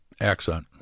accent